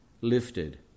lifted